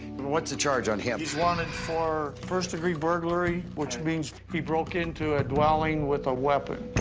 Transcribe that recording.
and what's the charge on him? he's wanted for first degree burglary, which means he broke into a dwelling with a weapon.